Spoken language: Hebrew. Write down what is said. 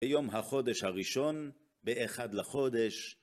ביום החודש הראשון, באחד לחודש.